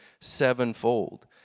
sevenfold